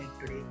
today